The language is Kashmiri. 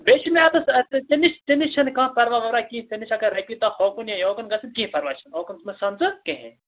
بیٚیہِ چھِ مےٚ اَتنٮ۪س اتنٮ۪س ژےٚ نِش ژےٚ نِش چھِنہٕ کانٛہہ پرواہ وَرواہ کِہیٖنٛۍ ژےٚ نِش اَگر رۄپیہِ دَہ ہوکُن یا یوکُن گژھَن کیٚنٛہہ پَرواے چھُنہٕ اوکُن مہٕ سَن ژٕ کِہیٖنٛی